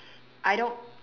I don't